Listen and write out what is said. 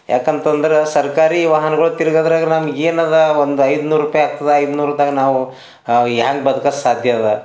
ಏಕಂತಂದ್ರೆ ಸರ್ಕಾರಿ ವಾಹನಗಳು ತೀರ್ಗದ್ರಾಗ ನಮ್ಗೇನಿದೆ ಒಂದು ಐದ್ನೂರು ರೂಪಾಯಿ ಆಗ್ತದ ಐದ್ನೂರ್ದಾಗ ನಾವು ಹ್ಯಾಂಗ ಬದ್ಕೋಕೆ ಸಾಧ್ಯದ